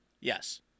Yes